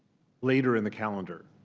later in the calendar?